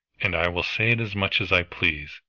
and i will say it as much as i please.